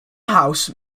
house